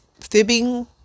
fibbing